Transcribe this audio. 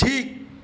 ঠিক